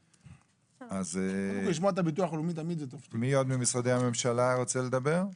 מי עוד ממשרדי הממשלה רוצה לדבר?